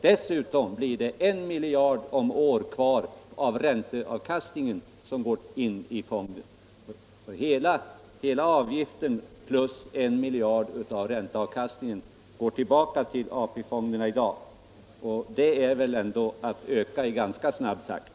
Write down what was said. Dessutom blir det 1 miljard om året kvar av ränteavkastningen, och den går också in i fonderna. Hela avgiften plus ca 1 miljard av ränteavkastningen går alltså in i AP-fonderna, och det är väl ändå att öka i ganska snabb takt.